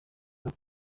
neza